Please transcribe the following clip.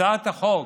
הצעת החוק